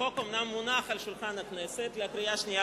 החוק אומנם מונח על שולחן הכנסת לקריאה שנייה